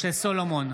משה סולומון,